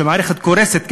שהמערכת שלה קורסת כמעט,